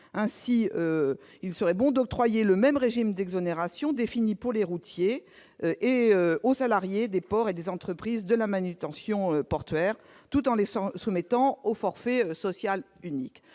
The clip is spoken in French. Il serait bon d'octroyer le même régime d'exonération défini pour les routiers aux salariés des ports et des entreprises de manutention, tout en les soumettant au forfait social unique.